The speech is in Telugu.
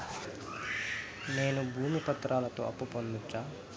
నేను భూమి పత్రాలతో అప్పు పొందొచ్చా?